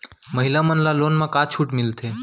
महिला मन ला लोन मा का छूट मिलथे?